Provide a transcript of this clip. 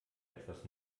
etwas